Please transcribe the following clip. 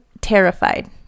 terrified